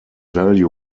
value